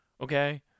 okay